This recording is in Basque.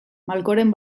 malkoren